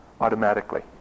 automatically